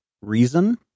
reason